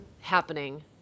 happening